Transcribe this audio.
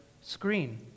screen